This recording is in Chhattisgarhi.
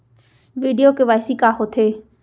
वीडियो के.वाई.सी का होथे